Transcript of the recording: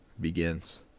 begins